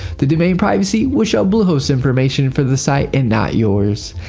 the domain privacy will show bluehost's information for the site and not yours.